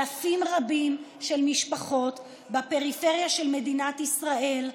אלפים רבים של משפחות בפריפריה של מדינת ישראל: